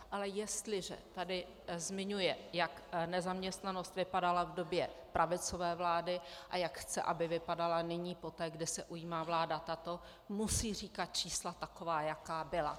Ale jestliže tu zmiňuje, jak nezaměstnanost vypadala v době pravicové vlády a jak chce, aby vypadala nyní, poté kdy se ujímá vláda tato, musí říkat čísla taková, jaká byla.